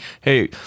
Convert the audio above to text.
hey